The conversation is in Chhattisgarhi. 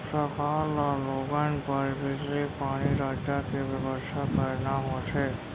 सरकार ल लोगन बर बिजली, पानी, रद्दा के बेवस्था करना होथे